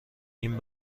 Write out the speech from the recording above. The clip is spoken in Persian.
این